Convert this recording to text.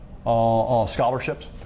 scholarships